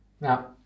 Now